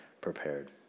prepared